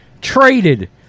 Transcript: Traded